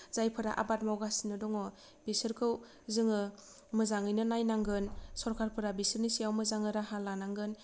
जायफोरा आबाद मावगासिनो दङ बिसोरखौ जोङो मोजाङैनो नायनांगोन सरकारफोरा बिसोरनि सायाव मोजां राहा लानांगोन